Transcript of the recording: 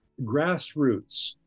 grassroots